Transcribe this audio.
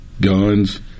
guns